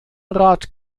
rat